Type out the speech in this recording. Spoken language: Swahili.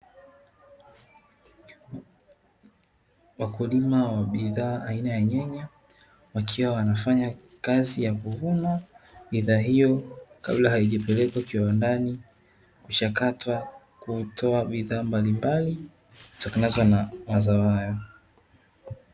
Wakulima wa bidhaa aina ya nyanya wakiwa wanafanya kazi ya kuvuna bidhaa hiyo kabla haijapelekwa kiwandani kuchakatwa kutoa bidhaa mbalimbali zitokanazo na mazao hayo.